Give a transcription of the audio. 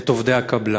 את עובדי הקבלן.